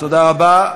תודה רבה.